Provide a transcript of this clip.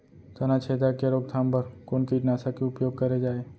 तनाछेदक के रोकथाम बर कोन कीटनाशक के उपयोग करे जाये?